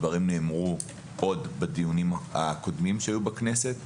הדברים נאמרו עוד בדיונים קודמים שהיו בכנסת.